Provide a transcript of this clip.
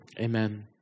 Amen